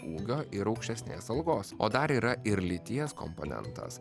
ūgio ir aukštesnės algos o dar yra ir lyties komponentas